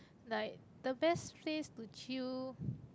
like the best place to chill